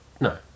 No